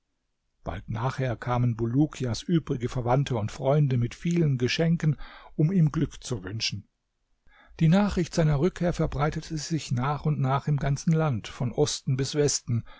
bald nachher kamen bulukias übrige verwandte und freunde mit vielen geschenken um ihm glück zu wünschen die nachricht seiner rückkehr verbreitete sich nach und nach im ganzen land von osten bis westen